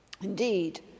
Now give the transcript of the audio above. Indeed